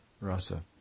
Rasa